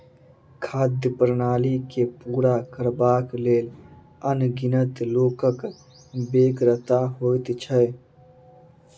खाद्य प्रणाली के पूरा करबाक लेल अनगिनत लोकक बेगरता होइत छै